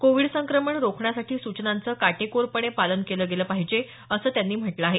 Covid संक्रमण रोखण्यासाठी सूचनांचं काटेकोरपणे पालन केलं गेलं पाहिजे असं त्यांनी म्हटलं आहे